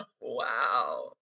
Wow